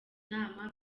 inama